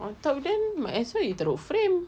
on top then might as well you taruk frame